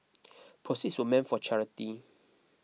proceeds were meant for charity